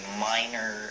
minor